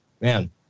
man